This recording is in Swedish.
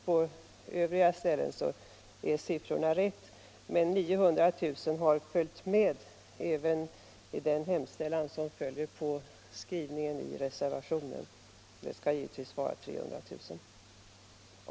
På övriga ställen är siffran riktig, men i den hemställan som följer på skrivningen i reservationen står det 900 000 kr. Det skall givetvis vara 300 000 kr.